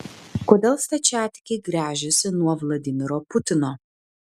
kodėl stačiatikiai gręžiasi nuo vladimiro putino